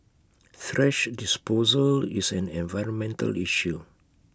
thrash disposal is an environmental issue